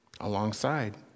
Alongside